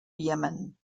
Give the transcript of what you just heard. yemen